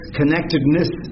connectedness